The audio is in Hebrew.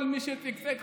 כל מי שצקצק,